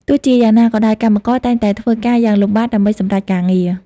ទោះជាយ៉ាងណាក៏ដោយ កម្មករតែងតែធ្វើការយ៉ាងលំបាកដើម្បីសម្រេចការងារ។